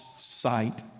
sight